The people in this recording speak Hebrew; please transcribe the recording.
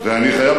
גם היום יש חומה.